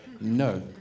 No